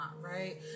right